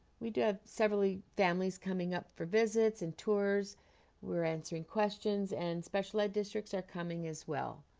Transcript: we do have several families coming up for visits and tours we're answering questions and special ed districts are coming as well